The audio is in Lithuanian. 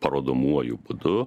parodomuoju būdu